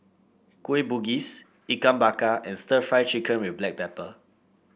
Kueh Bugis Ikan Bakar and stir Fry Chicken with Black Pepper